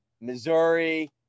missouri